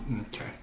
Okay